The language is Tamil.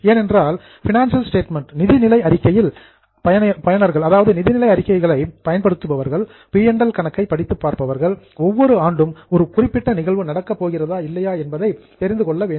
ஏனென்றால் பினான்சியல் ஸ்டேட்மெண்ட் நிதிநிலை அறிக்கையின் பயனர்கள் பி மற்றும் எல் கணக்கை படித்துப் பார்ப்பவர்கள் ஒவ்வொரு ஆண்டும் ஒரு குறிப்பிட்ட நிகழ்வு நடக்கப் போகிறதா இல்லையா என்பதை தெரிந்து கொள்ள வேண்டும்